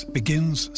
begins